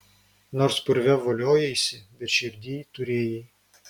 nors purve voliojaisi bet širdyj turėjai